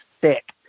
thick